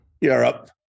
Europe